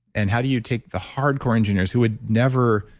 and how do you take the hardcore engineers who would never.